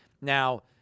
Now